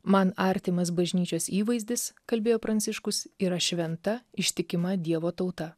man artimas bažnyčios įvaizdis kalbėjo pranciškus yra šventa ištikima dievo tauta